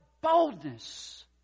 boldness